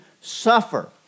suffer